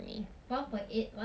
below one eight zero eh